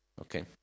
Okay